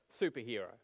superhero